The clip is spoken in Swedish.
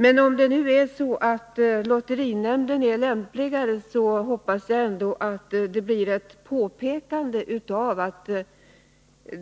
Men om lotterinämnden är lämpligare hoppas jag att den får ett påpekande om